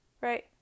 right